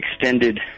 extended